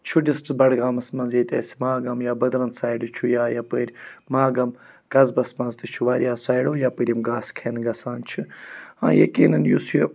چھُ ڈِسٹِرٛکٹ بَڈگامَس منٛز ییٚتہِ اسہِ ماگَام یا بٔدرَن سایڈٕ چھُ یا یَپٲرۍ ماگَام قصبَس منٛز تہِ چھُ واریاہو سایڈو یَپٲرۍ یِم گاسہٕ کھیٚنہِ گژھان چھِ ہاں یَقینًا یُس یہِ